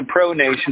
pronation